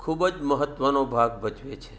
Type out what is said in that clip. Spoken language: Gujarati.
ખૂબ જ મહત્ત્વનો ભાગ ભજવે છે